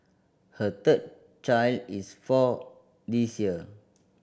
her third child is four this year